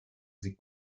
sie